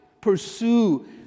Pursue